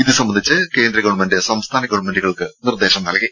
ഇത് സംബന്ധിച്ച് കേന്ദ്ര ഗവണ്മെന്റ് സംസ്ഥാന ഗവൺമെന്റുകൾക്കു നിർദേശം നൽകി